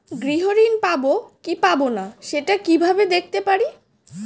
গৃহ ঋণ পাবো কি পাবো না সেটা কিভাবে দেখতে পারি?